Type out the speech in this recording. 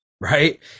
right